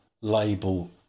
label